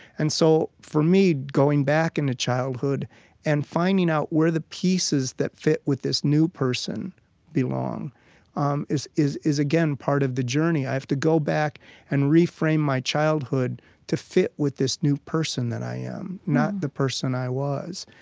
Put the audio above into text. and so, for me, going back into childhood and finding out where the pieces that fit with this new person belong um is, again, part of the journey. i have to go back and reframe my childhood to fit with this new person that i am, not the person i was.